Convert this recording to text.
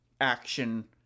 action